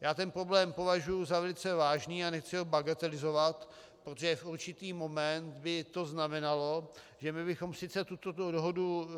Já ten problém považuji za velice vážný a nechci ho bagatelizovat, protože v určitý moment by to znamenalo, že my bychom sice tuto dohodu